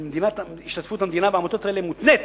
שלפיהם השתתפות המדינה בעמותות האלה מותנית